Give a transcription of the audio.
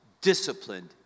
disciplined